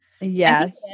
yes